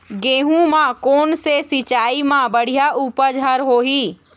गेहूं म कोन से सिचाई म बड़िया उपज हर होही?